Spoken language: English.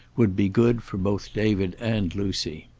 would be good for both david and lucy.